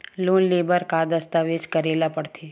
Loan ले बर का का दस्तावेज करेला पड़थे?